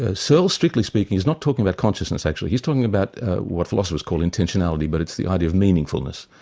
ah searle strictly speaking is not talking about consciousness actually, he's talking about what philosophers call intentionality, but it's the idea of meaningfulness.